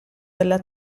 della